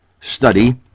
study